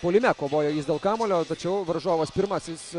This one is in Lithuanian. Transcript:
puolime kovojo jis dėl kamuolio tačiau varžovas pirmasis